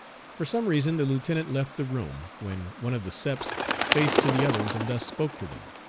for some reason the lieutenant left the room, when one of the seps faced to the others and thus spoke to them